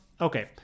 okay